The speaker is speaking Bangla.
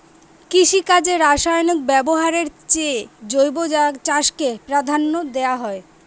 কৃষিকাজে রাসায়নিক ব্যবহারের চেয়ে জৈব চাষকে প্রাধান্য দেওয়া হয়